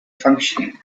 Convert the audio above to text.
functioning